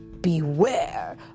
Beware